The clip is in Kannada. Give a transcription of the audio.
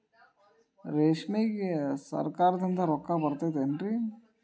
ರೇಷ್ಮೆಗೆ ಸರಕಾರದಿಂದ ರೊಕ್ಕ ಬರತೈತೇನ್ರಿ?